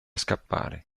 scappare